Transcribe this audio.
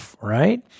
right